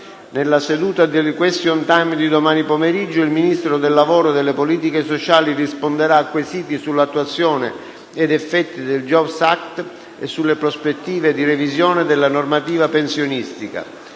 Nella seduta di *question time* di domani pomeriggio, il Ministro del lavoro e delle politiche sociali risponderà a quesiti sull'attuazione e sugli effetti del *jobs act* e sulle prospettive di revisione della normativa pensionistica.